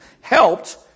helped